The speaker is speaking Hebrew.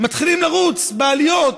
מתחילים לרוץ בעליות,